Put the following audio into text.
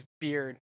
beard